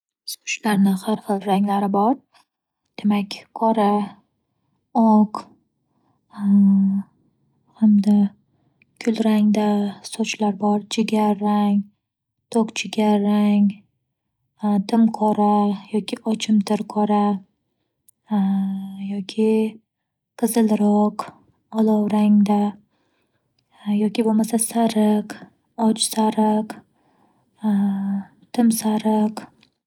Sochlarni har xil ranglari bor, demak qora, oq hamda kulrangda sochlar bor. Jigarrang, to'q jigarrang, tim qora yoki ochimtir qora yoki qizilroq, olov rangda yoki bo'lmasa sariq, och sariq, tim sariq.